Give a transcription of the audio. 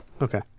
okay